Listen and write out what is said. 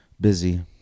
Busy